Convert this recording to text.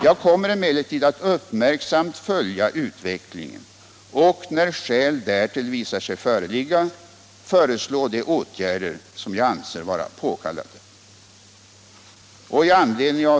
Jag kommer emellertid att uppmärksamt följa utvecklingen och, när skäl därtill visar sig föreligga, föreslå de åtgärder som jag anser vara påkallade.